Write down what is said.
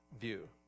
view